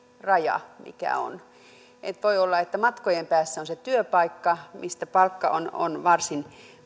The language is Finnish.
raja että voi olla että matkojen päässä on se työpaikka mistä palkka on on varsin